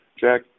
Jack –